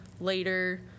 later